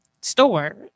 store